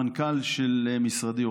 המנכ"ל של משרדי,